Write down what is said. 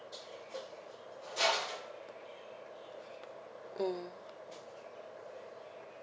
mm